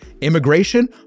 Immigration